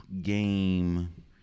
game